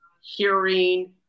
hearing